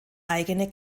eigene